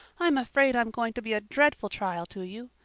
i'm afraid i'm going to be a dreadful trial to you.